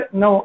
no